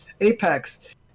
Apex